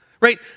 right